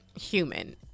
human